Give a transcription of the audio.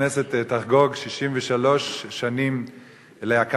הכנסת תחגוג 63 שנים להקמתה,